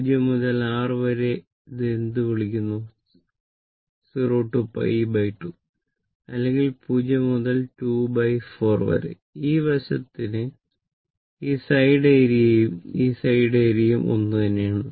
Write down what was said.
0 മുതൽ r വരെ ഇത് എന്ത് വിളിക്കുന്നു r 0 toπ 2 അല്ലെങ്കിൽ 0 മുതൽ 24 വരെ ഈ വശത്തിന് ഈ സൈഡ് ഏരിയയും ഈ സൈഡ് ഏരിയയും ഒന്നുതന്നെയാണ്